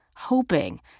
hoping